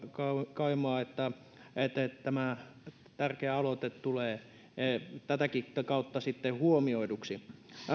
kaumaa että tämä tärkeä aloite tulee tätäkin kautta sitten huomioiduksi